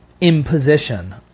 imposition